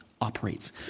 Operates